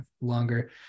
longer